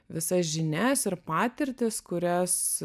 visas žinias ir patirtis kurias